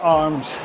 arms